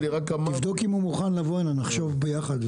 תבדוק אם הוא מוכן לבוא הנה נחשוב על זה ביחד,